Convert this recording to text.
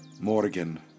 morgan